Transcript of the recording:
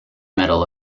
metal